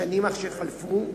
בשנים שחלפו,